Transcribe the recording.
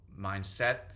mindset